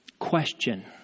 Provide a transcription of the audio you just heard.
Question